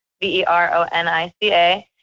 V-E-R-O-N-I-C-A